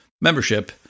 membership